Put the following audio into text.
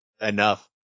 enough